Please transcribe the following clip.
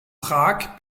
prag